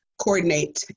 coordinate